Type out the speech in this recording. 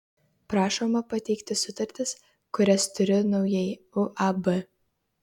prašoma pateikti sutartis kurias turiu naujai uab